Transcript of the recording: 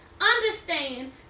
understand